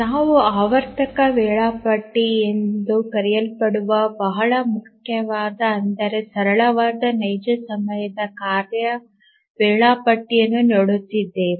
ನಾವು ಆವರ್ತಕ ವೇಳಾಪಟ್ಟಿ ಎಂದು ಕರೆಯಲ್ಪಡುವ ಬಹಳ ಮುಖ್ಯವಾದ ಆದರೆ ಸರಳವಾದ ನೈಜ ಸಮಯದ ಕಾರ್ಯ ವೇಳಾಪಟ್ಟಿಯನ್ನು ನೋಡುತ್ತಿದ್ದೇವೆ